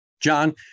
John